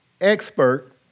expert